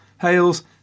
Hales